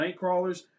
Nightcrawlers